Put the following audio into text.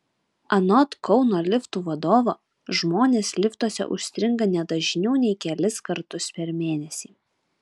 anot kauno liftų vadovo žmonės liftuose užstringa ne dažniau nei kelis kartus per mėnesį